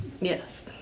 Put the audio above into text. Yes